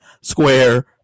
Square